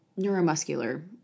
neuromuscular